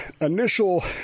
initial